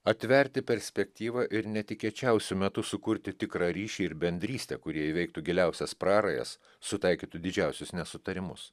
atverti perspektyvą ir netikėčiausiu metu sukurti tikrą ryšį ir bendrystę kurie įveiktų giliausias prarajas sutaikytų didžiausius nesutarimus